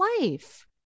life